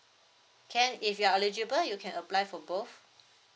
can if you are eligible you can apply for both